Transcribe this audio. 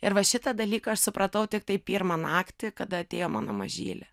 ir va šitą dalyką aš supratau tiktai pirmą naktį kada atėjo mano mažylė